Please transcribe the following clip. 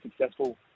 successful